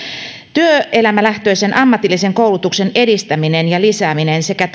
työelämälähtöisen ammatillisen koulutuksen edistäminen ja lisääminen sekä